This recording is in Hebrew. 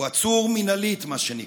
הוא עצור מינהלית, מה שנקרא.